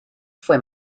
fue